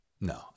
No